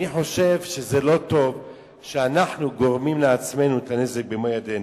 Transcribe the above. אני חושב שזה לא טוב שאנחנו גורמים לעצמנו את הנזק במו-ידינו.